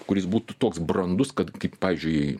kuris būtų toks brandus kad kaip pavyzdžiui